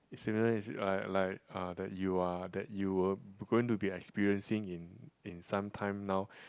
is similar is it like like ah that you are that you were going to be experiencing in in some time now